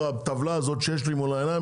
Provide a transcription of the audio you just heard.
למרות הטבלה הזאת שיש לי מול העיניים,